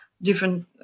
different